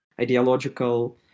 ideological